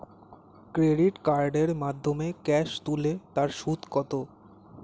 Credit কার্ডের মাধ্যমে cash তুলে তার সুদ কত?